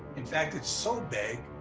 in fact it's so big,